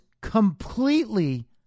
completely